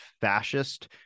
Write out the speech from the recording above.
fascist